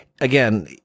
again